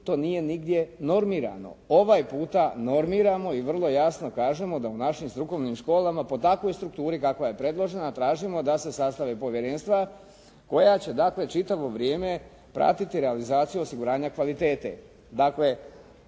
to nije nigdje normirano. Ovaj puta normirano i vrlo jasno kažemo da u našim strukovnim školama po takvoj strukturi kakva je predložena tražimo da se sastave povjerenstva koja će dakle čitavo vrijeme pratiti realizaciju osiguranja kvalitete.